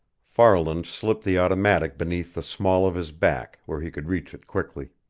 farland slipped the automatic beneath the small of his back, where he could reach it quickly.